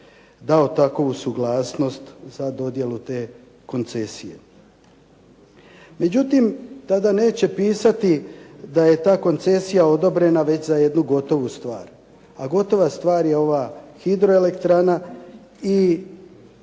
dao takovu suglasnost za dodjelu te koncesije. Međutim, tada neće pisati da je ta koncesija odobrena već za jednu gotovu stvar, a gotova stvar je ova hidroelektrana i